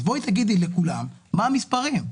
אז בואי תגידי לכולם את המספרים.